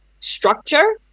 structure